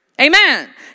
Amen